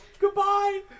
Goodbye